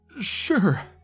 Sure